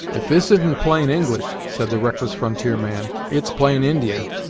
if this isn't plain english, said the reckless frontier man, it's plain indian!